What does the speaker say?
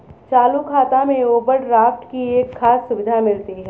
चालू खाता में ओवरड्राफ्ट की एक खास सुविधा मिलती है